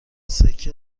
سکه